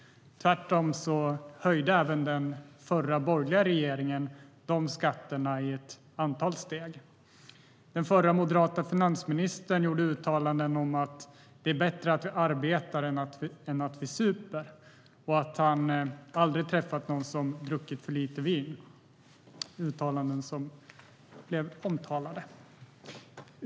Tvärtom höjde även den tidigare borgerliga regeringen de skatterna i ett antal steg. Den förra moderata finansministern gjorde uttalanden om att det är bättre att vi arbetar än att vi super och om att han aldrig träffat någon som druckit för lite vin - uttalanden som blev omtalade.